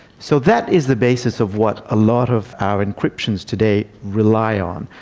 so that is the basis of what a lot of our encryptions today rely on,